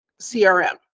CRM